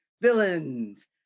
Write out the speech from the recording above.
Villains